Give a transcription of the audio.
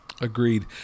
Agreed